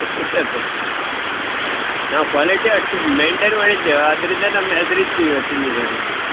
ನಾವು ಕ್ವಾಲಿಟಿ ಅಷ್ಟು ಮೇನ್ಟೇನ್ ಮಾಡಿದ್ದೇವೆ ಆದ್ದರಿಂದ ನಮ್ಮ ಹೆಸ್ರು ಇತ್ತು ಇವತ್ತಿನ ದಿವ್ಸ ಇಲ್ಲಿ